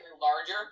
larger